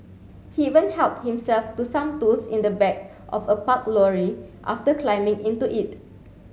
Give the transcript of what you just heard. he even helped himself to some tools in the back of a parked lorry after climbing into it